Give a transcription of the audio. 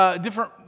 different